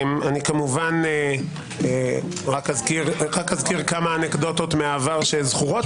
אני כמובן רק אזכיר כמה אנקדוטות מהעבר שזכורות לי.